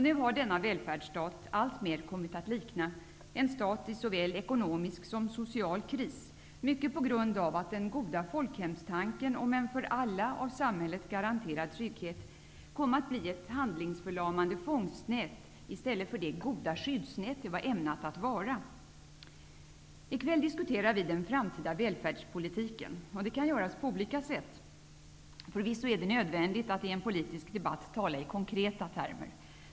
Nu har denna välfärdsstat alltmer kommit att likna en stat i såväl ekonomisk som social kris, mycket på grund av att den goda folkhemstanken om en för alla av samhället garanterad trygghet kom att bli ett handlingsförlamande fångstnät i stället för det goda skyddsnät som det var ämnat att vara. I kväll diskuterar vi den framtida välfärdspoliti ken. Det kan göras på olika sätt. Förvisso är det nödvändigt att i en politisk debatt tala i konkreta termer.